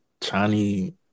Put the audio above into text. Chinese